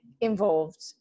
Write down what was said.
involved